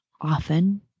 often